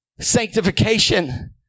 Sanctification